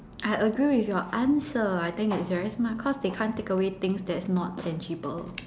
I agree with your answer I think it's very smart cause they can't take away things that's not tangible